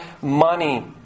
money